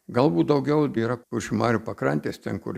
galbūt daugiau yra už marių pakrantės ten kur